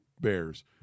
Bears